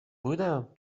بودم